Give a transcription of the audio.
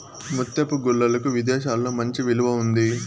ముత్యపు గుల్లలకు విదేశాలలో మంచి విలువ ఉంది